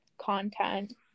content